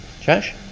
Josh